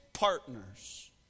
Partners